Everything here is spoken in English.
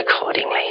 accordingly